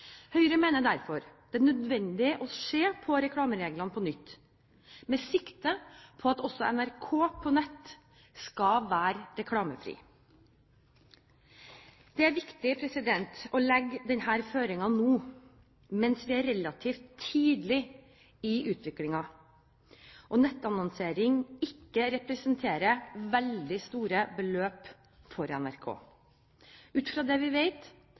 Høyre mener derfor det er nødvendig å se på reklamereglene på nytt, med sikte på at også NRK på nett skal være reklamefri. Det er viktig å legge denne føringen nå mens vi er relativt tidlig i utviklingen og nettannonsering ikke representerer veldig store beløp for NRK. Ut fra det vi